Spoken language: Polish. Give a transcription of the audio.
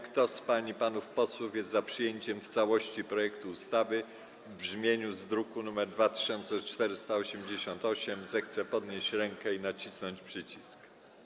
Kto z pań i panów posłów jest za przyjęciem w całości projektu ustawy w brzmieniu z druku nr 2488, zechce podnieść rękę i nacisnąć przycisk.